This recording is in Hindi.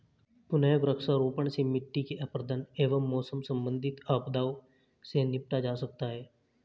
पुनः वृक्षारोपण से मिट्टी के अपरदन एवं मौसम संबंधित आपदाओं से निपटा जा सकता है